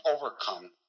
overcome